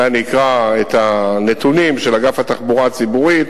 אולי אני אקרא את הנתונים של אגף התחבורה הציבורית: